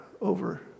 over